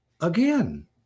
again